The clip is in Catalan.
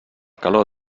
calor